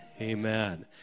amen